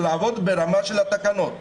לעבוד ברמה של התקנות,